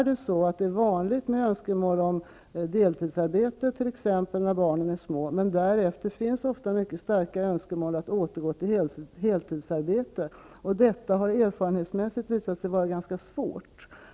Det är vanligt med önskemål om deltidsarbete när barnen är små, men därefter finns det ofta mycket starka önskemål att återgå till heltidsarbete, vilket erfarenhetsmässigt har visat sig vara ganska svårt.